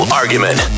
argument